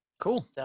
Cool